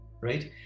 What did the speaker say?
right